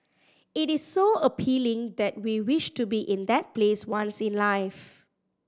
it is so appealing that we wish to be in that place once in life